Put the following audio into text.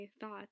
thoughts